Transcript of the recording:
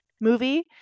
movie